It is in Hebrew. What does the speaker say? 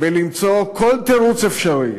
במציאת כל תירוץ אפשרי